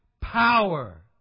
power